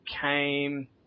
came